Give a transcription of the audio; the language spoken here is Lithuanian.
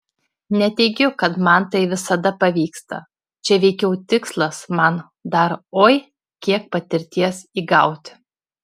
neteigiu kad man tai visada pavyksta čia veikiau tikslas man dar oi kiek patirties įgauti